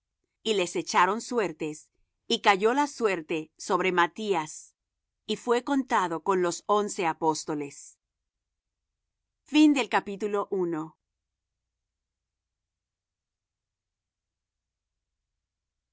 y les echaron suertes y cayó la suerte sobre matías y fué contado con los once apóstoles y